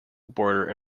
border